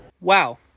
Wow